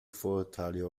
vorurteile